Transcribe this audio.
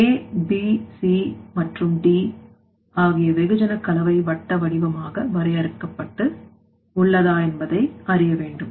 ABC மற்றும்D ஆகிய வெகுஜன கலவை வட்ட வடிவமாக வரையறுக்கப்பட்டு உள்ளதா என்பதை அறிய வேண்டும்